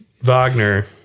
Wagner